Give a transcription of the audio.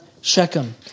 Shechem